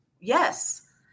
Yes